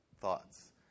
thoughts